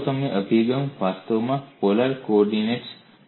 તે અભિગમ વાસ્તવમાં પોલર કોઓર્ડિનેટ્સ પ્રણાલીમાં કરવામાં આવે છે